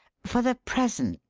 for the present,